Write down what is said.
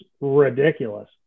ridiculous